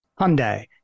Hyundai